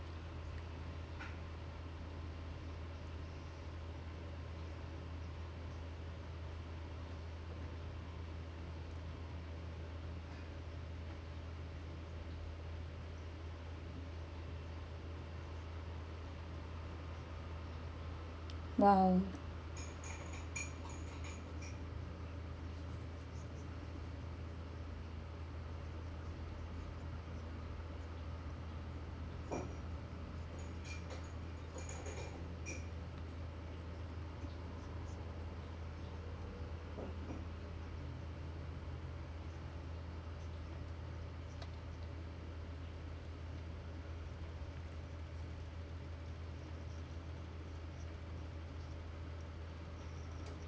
!wow!